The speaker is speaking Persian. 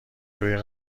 روی